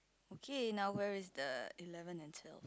okay now where is the eleventh and twelfth